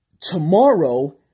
tomorrow